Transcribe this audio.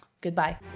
Goodbye